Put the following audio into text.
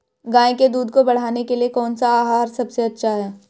गाय के दूध को बढ़ाने के लिए कौनसा आहार सबसे अच्छा है?